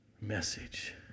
message